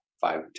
five